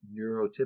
neurotypical